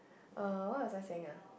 uh what was I saying ah